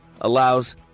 allows